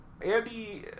Andy